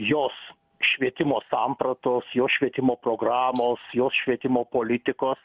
jos švietimo sampratos jos švietimo programos jos švietimo politikos